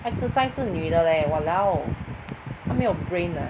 exercise 是女的 leh !walao! 他没有 brain ah